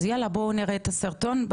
אז יאללה, בואו נראה את הסרטון.